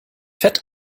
fett